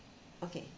okay